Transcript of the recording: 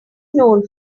known